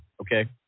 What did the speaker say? okay